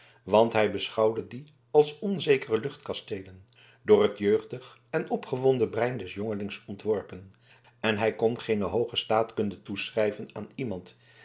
want hij beschouwde die als onzekere luchtkasteelen door het jeugdig en opgewonden brein des jongelings ontworpen en hij kon geene hooge staatkunde toeschrijven aan iemand